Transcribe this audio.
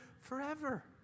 forever